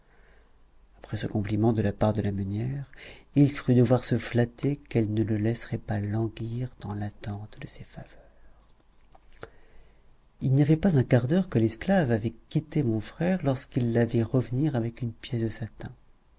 après ce compliment de la part de la meunière il crut devoir se flatter qu'elle ne le laisserait pas languir dans l'attente de ses faveurs il n'y avait pas un quart d'heure que l'esclave avait quitté mon frère lorsqu'il la vit revenir avec une pièce de satin